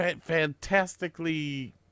fantastically